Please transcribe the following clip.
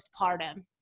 postpartum